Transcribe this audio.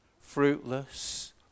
fruitless